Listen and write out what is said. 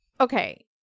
okay